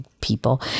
people